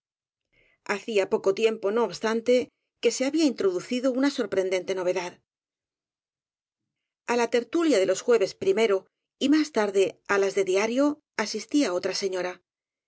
hacía poco tiempo no obstante que se había introducido una sorprendente novedad á la tertulia de los jueves primero y más tarde á las de diario asistía otra señora